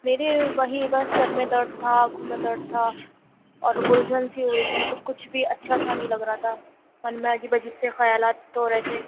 میرے وہیں بس سر میں درد تھا آنكھوں میں درد تھا اور اُلجھن سی ہو رہی تھی مطلب کچھ بھی اچھا سا نہیں لگ رہا تھا من میں عجیب عجیب سے خیالات ہو رہے تھے